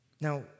Now